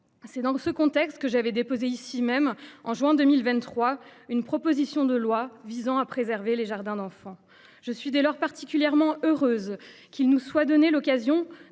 aussi dans ce contexte que j’avais déposé, au mois de juin 2023, une proposition de loi visant à préserver les jardins d’enfants. Je suis dès lors particulièrement heureuse que l’occasion